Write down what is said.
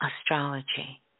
astrology